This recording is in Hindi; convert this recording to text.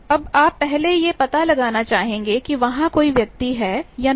अब आप पहलेयह पता लगाना चाहेंगे कि वहां कोई व्यक्ति है या नहीं